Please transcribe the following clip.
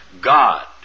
God